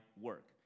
work